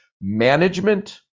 management